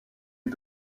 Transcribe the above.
est